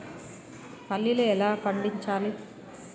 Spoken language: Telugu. పల్లీలు ఎలా పండించాలి?